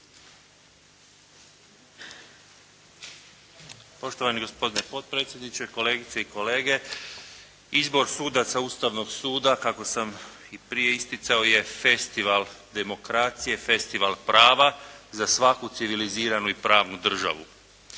Poštovani gospodine potpredsjedniče, kolegice i kolege. Izbor sudaca Ustavnog suda kako sam i prije isticao je festival demokracije, festival prava za svaku civiliziranu i pravnu državu.